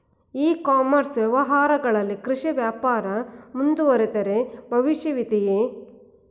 E commerce ವ್ಯವಹಾರಗಳಲ್ಲಿ ಕೃಷಿ ವ್ಯಾಪಾರ ಮುಂದುವರಿದರೆ ಭವಿಷ್ಯವಿದೆಯೇ?